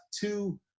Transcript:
two